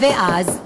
ואז,